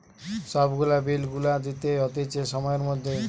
সব গুলা বিল গুলা দিতে হতিছে সময়ের মধ্যে